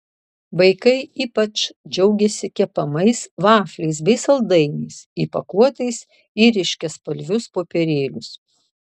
vaikai ypač džiaugėsi kepamais vafliais bei saldainiais įpakuotais į ryškiaspalvius popierėlius